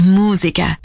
musica